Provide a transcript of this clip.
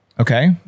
Okay